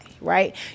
right